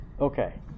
Okay